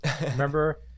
remember